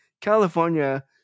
California